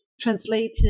translated